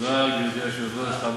גברתי היושבת-ראש,